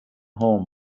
home